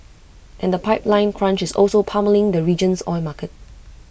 and the pipeline crunch is also pummelling the region's oil market